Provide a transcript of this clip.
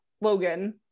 Logan